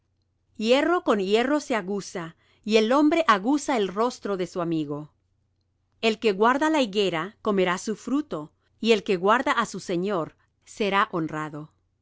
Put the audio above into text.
hierro con hierro se aguza y el hombre aguza el rostro de su amigo el que guarda la higuera comerá su fruto y el que guarda á su señor será honrado